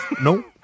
No